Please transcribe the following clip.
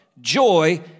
joy